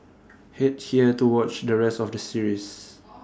Head here to watch the rest of the series